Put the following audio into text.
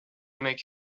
make